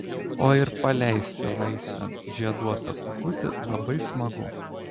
o ir paleisti laisvėn žieduotą kukutį labai smagu